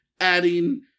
adding